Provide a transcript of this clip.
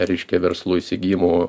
reiškia verslų įsigijimų